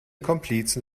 komplizen